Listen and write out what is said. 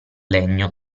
legno